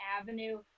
avenue